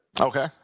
Okay